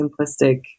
simplistic